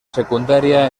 secundaria